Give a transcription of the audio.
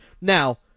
Now